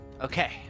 Okay